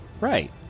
Right